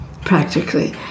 practically